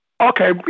Okay